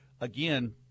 again